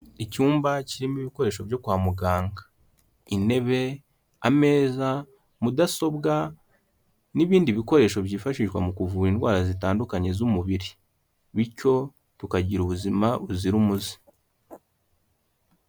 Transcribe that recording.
Icyumba kirimo ibikoresho byo kwa muganga. Intebe, ameza, mudasobwa n'ibindi bikoresho byifashishwa mu kuvura indwara zitandukanye z'umubiri. Bityo tukagira ubuzima buzira umuze.